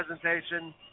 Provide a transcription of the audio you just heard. presentation